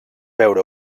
veure